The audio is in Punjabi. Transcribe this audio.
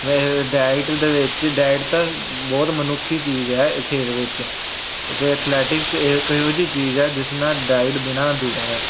ਮੈਂ ਡਾਇਟ ਦੇ ਵਿੱਚ ਡਾਇਟ ਤਾਂ ਬਹੁਤ ਮਨੁੱਖੀ ਚੀਜ਼ ਹੈ ਇਹ ਖੇਡ ਵਿੱਚ ਅਤੇ ਐਥਲੈਟਿਕਸ ਇਹ ਇੱਕ ਇਹੋ ਜਿਹੀ ਚੀਜ਼ ਹੈ ਜਿਸ ਨਾਲ ਡਾਇਟ ਬਿਨਾਂ ਅਧੂਰਾ ਹੈ